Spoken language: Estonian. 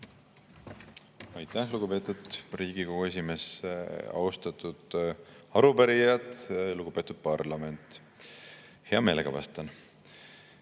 Aitäh, lugupeetud Riigikogu esimees! Austatud arupärijad! Lugupeetud parlament! Hea meelega vastan.